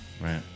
right